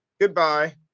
goodbye